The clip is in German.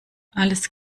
alles